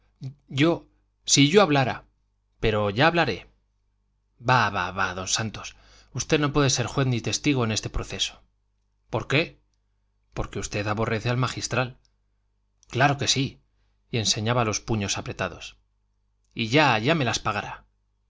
yo si yo hablara pero ya hablaré bah bah bah don santos usted no puede ser juez ni testigo en este proceso por qué porque usted aborrece al magistral claro que sí y enseñaba los puños apretados y ya me las pagará